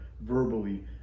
verbally